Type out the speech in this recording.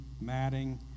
matting